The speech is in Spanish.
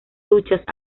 duchas